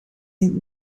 niet